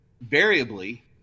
variably